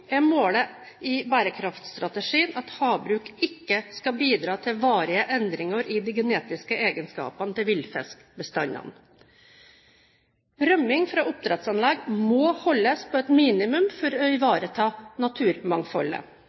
havbruk ikke bidra til varige endringer i de genetiske egenskapene til villfiskbestandene», som er målet i bærekraftstrategien. Rømming fra oppdrettsanlegg må holdes på et minimum for å ivareta naturmangfoldet.